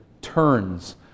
turns